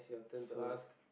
so